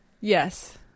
yes